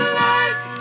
light